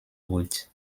wood